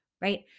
right